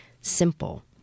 simple